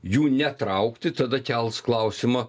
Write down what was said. jų netraukti tada kels klausimą